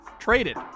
traded